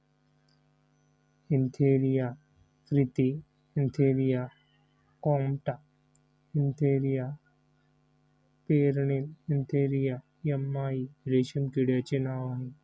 Antheraea frithi Antheraea compta Antheraea pernyi Antheraea yamamai रेशीम किड्याचे नाव आहे